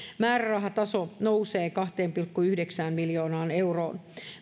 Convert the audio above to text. määrärahataso nousee kahteen pilkku yhdeksään miljoonaan euroon